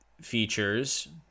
features